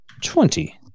twenty